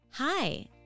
Hi